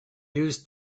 use